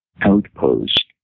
outpost